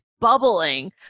bubbling